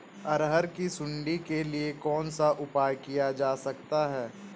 अरहर की सुंडी के लिए कौन सा उपाय किया जा सकता है?